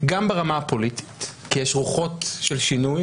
גם ברמה הפוליטית כי יש רוחות של שינוי